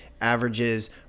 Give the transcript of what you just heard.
averages